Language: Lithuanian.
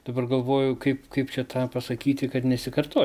dabar galvoju kaip kaip čia tą pasakyti kad nesikartot